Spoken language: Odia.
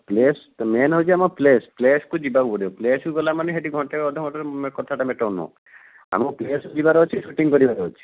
ପ୍ଲେସ୍ ମେନ୍ ହେଉଛି ଆମ ପ୍ଲେସ୍ ପ୍ଲେସ୍କୁ ଯିବାକୁ ପଡ଼ିବ ପ୍ଲେସ୍କୁ ଗଲାମାନେ ହେଠି ଘଣ୍ଟେ ଅଧଘଣ୍ଟେରେ କଥାଟା ମ୍ୟାଟର ନୁହଁ ଆମକୁ ପ୍ଲେସ୍ ଯିବାର ଅଛି ସୁଟିଂ କରିବାର ଅଛି